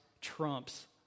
trumps